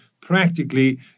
practically